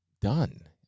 done